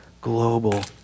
global